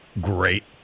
great